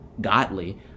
godly